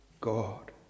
God